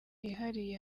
hihariye